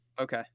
okay